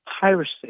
piracy